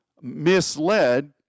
misled